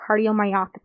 cardiomyopathy